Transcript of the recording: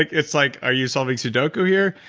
it's like, are you solving sudoku here?